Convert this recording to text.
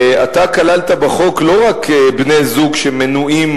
אתה כללת בחוק לא רק בני-זוג שמנועים